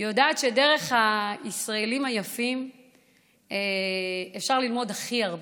אני יודעת שדרך הישראלים היפים אפשר ללמוד הכי הרבה,